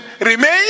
Remain